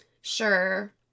Sure